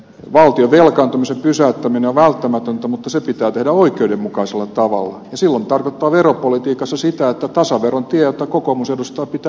valtion velkaantumisen pysäyttäminen on välttämätöntä mutta se pitää tehdä oikeudenmukaisella tavalla ja silloin se tarkoittaa veropolitiikassa sitä että tasaveron tie jota kokoomus edustaa pitää torjua